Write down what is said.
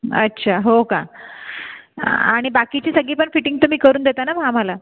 अच्छा हो का आणि बाकीची सगळी पण फिटिंग तुम्ही करून देता ना मग आम्हाला